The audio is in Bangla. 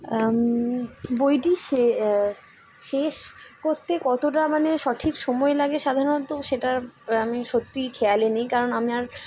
বইটি সে শেষ করতে কতটা মানে সঠিক সময় লাগে সাধারণত সেটার আমি সত্যিই খেয়ালে নেই কারণ আমি আর